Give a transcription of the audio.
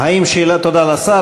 תודה לשר.